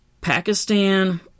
Pakistan